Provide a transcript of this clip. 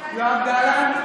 מאזן גנאים,